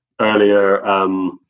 earlier